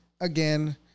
again